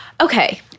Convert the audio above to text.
Okay